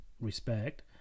respect